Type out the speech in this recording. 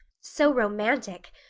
so romantic!